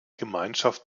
gemeinschaft